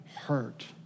hurt